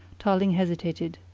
tarling hesitated.